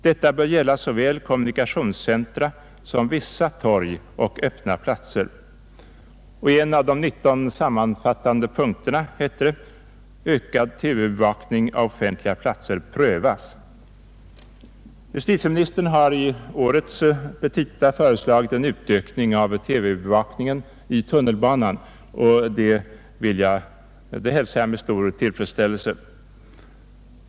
Detta bör gälla såväl kommunikationscentra som vissa torg och öppna platser.” Och i en av de 19 sammanfattande punkterna hette det: ”Ökad TV-bevakning av offentliga platser prövas.” Justitieministern har i årets petita föreslagit en utökning av TV-bevakningen i tunnelbanorna, vilket jag hälsar med stor tillfredsställelse.